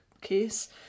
case